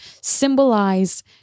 symbolize